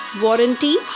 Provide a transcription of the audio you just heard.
warranty